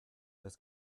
this